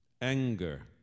anger